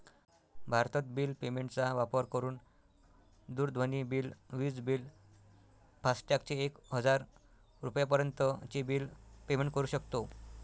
भारतत bill payment चा वापर करून दूरध्वनी बिल, विज बिल, फास्टॅग चे एक हजार रुपयापर्यंत चे बिल पेमेंट करू शकतो